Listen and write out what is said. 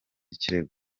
ikirego